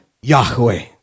Yahweh